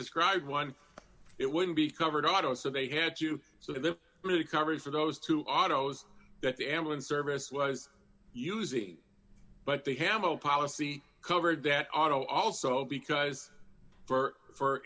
described one it wouldn't be covered auto so they had you so the movie covers for those two autos that the ambulance service was using but they have a policy covered that auto also because for